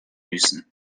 müssen